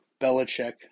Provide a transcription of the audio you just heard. Belichick